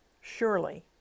surely